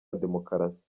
demokarasi